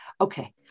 Okay